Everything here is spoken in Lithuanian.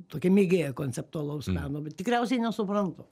tokia mėgėja konceptualaus meno bet tikriausiai nesuprantu